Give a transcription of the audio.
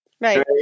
Right